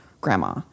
grandma